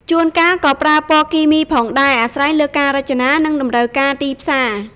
ជួនកាលក៏ប្រើពណ៌គីមីផងដែរ អាស្រ័យលើការរចនា និងតម្រូវការទីផ្សារ។